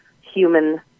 human